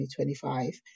2025